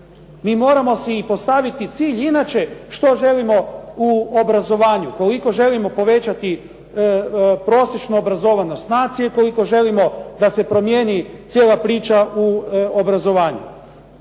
Mi moramo si postaviti cilj inače što želimo u obrazovanju? Koliko želimo povećati prosječnu obrazovanost nacije, koliko želimo da se promijeni cijela priča u obrazovanju?